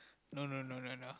no no no no no